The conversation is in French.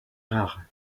rare